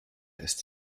ist